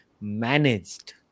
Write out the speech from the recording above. managed